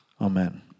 Amen